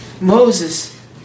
Moses